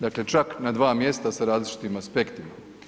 Dakle čak na dva mjesta s različitim aspektima.